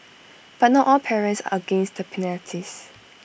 but not all parents are against the penalties